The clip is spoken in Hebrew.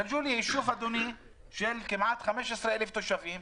יישוב של כמעט 15,000 תושבים,